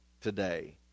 today